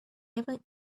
even